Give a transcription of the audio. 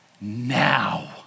now